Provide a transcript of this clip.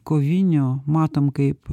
kovinių matom kaip